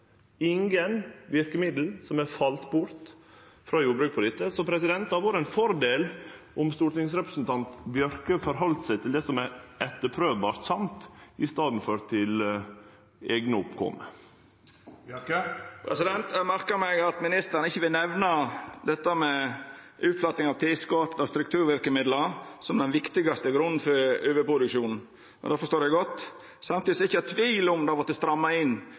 verkemiddel har falle bort frå jordbruket på dette området. Så det hadde vore ein fordel om stortingsrepresentant Bjørke held seg til det som er etterprøvbart sant, i staden for til eigne oppkomer. Eg merka meg at statsråden ikkje vil nemna utflating av tilskot og strukturverkemiddel, som er den viktigaste grunnen til overproduksjonen. Det forstår eg godt. Samtidig er det ikkje tvil om at det har vorte stramma inn